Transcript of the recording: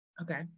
Okay